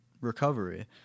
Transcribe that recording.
recovery